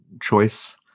choice